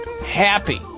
happy